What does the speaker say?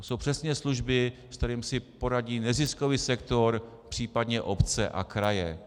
To jsou přesně služby, s kterými si poradí neziskový sektor, případně obce a kraje.